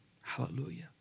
Hallelujah